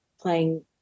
playing